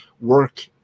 work